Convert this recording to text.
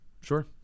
Sure